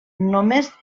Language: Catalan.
només